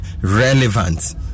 relevant